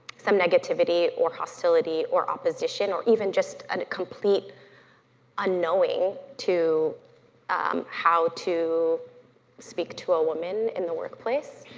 some negativity or hostility or opposition or even just a complete unknowing to um how to speak to a woman in the workplace.